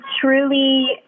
truly